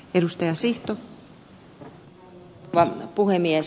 arvoisa rouva puhemies